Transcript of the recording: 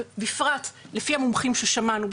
ולפי המומחים ששמענו,